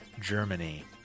Germany